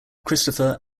christopher